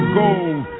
gold